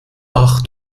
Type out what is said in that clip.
ach